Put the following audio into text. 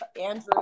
Andrew